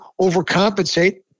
overcompensate